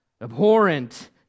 abhorrent